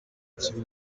ikibi